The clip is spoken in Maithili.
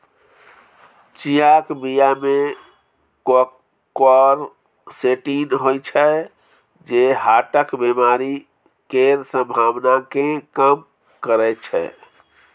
चियाक बीया मे क्वरसेटीन होइ छै जे हार्टक बेमारी केर संभाबना केँ कम करय छै